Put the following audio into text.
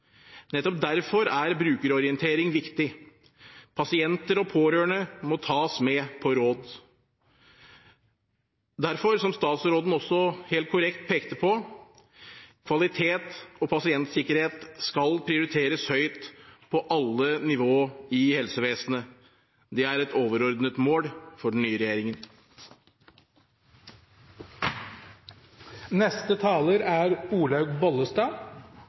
Nettopp derfor er brukerorientering viktig. Pasienter og pårørende må tas med på råd. Derfor skal, som statsråden også helt korrekt pekte på, kvalitet og pasientsikkerhet prioriteres høyt på alle nivåer i helsevesenet. Det er et overordnet mål for den nye regjeringen.